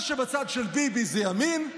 מה שבצד של ביבי זה ימין,